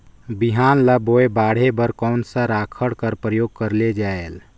बिहान ल बोये बाढे बर कोन सा राखड कर प्रयोग करले जायेल?